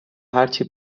هرچی